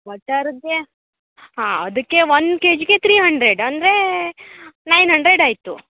ವಟಾರದ್ದೇ ಹಾಂ ಅದಕ್ಕೆ ಒಂದು ಕೆ ಜಿಗೆ ತ್ರೀ ಹಂಡ್ರೆಡ್ ಅಂದರೆ ನೈನ್ ಹಂಡ್ರೆಡ್ ಆಯಿತು